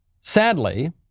Sadly